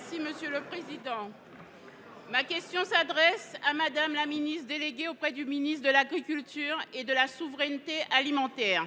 et indépendants. Ma question s’adresse à Mme la ministre déléguée auprès du ministre de l’agriculture et de la souveraineté alimentaire.